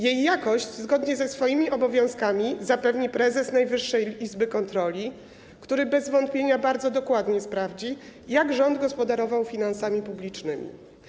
Jej jakość, zgodnie ze swoimi obowiązkami, zapewni prezes Najwyższej Izby Kontroli, który bez wątpienia bardzo dokładnie sprawdzi, jak rząd gospodarował finansami publicznymi.